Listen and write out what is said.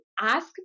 ask